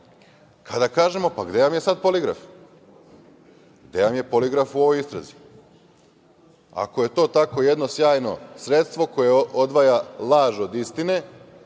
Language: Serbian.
kada kažemo – gde vam je sad poligraf, gde vam je poligraf u ovoj istrazi? Ako je to tako jedno sjajno sredstvo koje odvaja laž od istine,